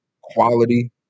quality